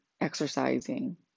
exercising